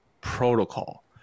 protocol